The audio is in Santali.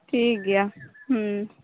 ᱴᱷᱤᱠᱜᱮᱭᱟ